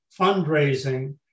fundraising